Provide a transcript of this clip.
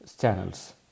channels